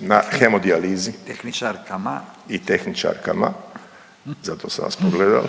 na hemodijalizi… .../Upadica: Tehničarkama./... i tehničarkama, zato sam vas pogledao